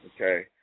okay